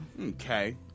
Okay